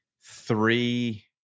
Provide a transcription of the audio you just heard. three